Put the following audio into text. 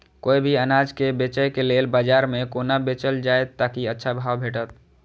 कोय भी अनाज के बेचै के लेल बाजार में कोना बेचल जाएत ताकि अच्छा भाव भेटत?